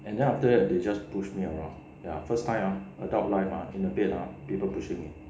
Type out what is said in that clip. and then after that they just push me around ya first time ah adult life ah in the bed ah people pushing me